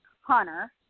Hunter